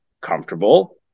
comfortable